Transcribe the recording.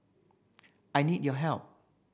I need your help